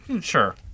sure